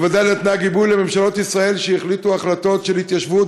ובוודאי נתנה גיבוי לממשלות ישראל שהחליטו החלטות של התיישבות,